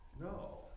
No